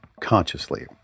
consciously